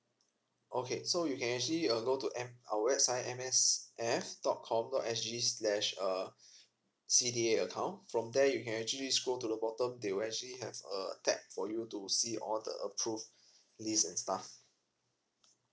okay so you can actually uh go to M our website M S F dot com dot S G slash uh C_D_A account from there you can actually scroll to the bottom they will actually have a tag for you to see all the approved list and stuff